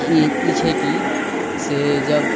ई ई छै कि से जब